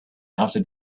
after